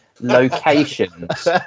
locations